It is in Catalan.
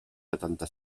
setanta